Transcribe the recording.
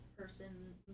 person